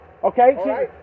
Okay